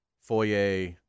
Foyer